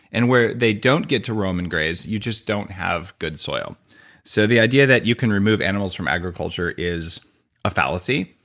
and where they don't get to roam and graze, you just don't have good soil so the idea that you can remove animals from agriculture is a fallacy,